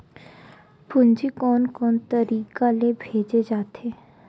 पूंजी कोन कोन तरीका ले भेजे जाथे?